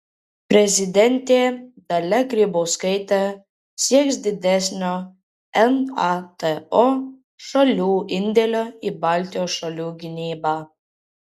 prezidentė dalia grybauskaitė sieks didesnio nato šalių indėlio į baltijos šalių gynybą